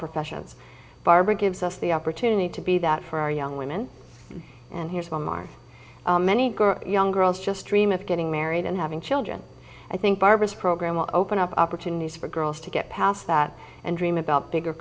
professions barbara gives us the opportunity to be that for our young women and here's why marc many young girls just dream of getting married and having children i think barbara's program will open up opportunities for girls to get past that and dream about bigger